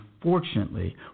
unfortunately